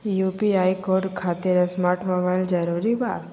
UPI code खातिर smart mobile जरूरी बा?